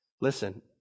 Listen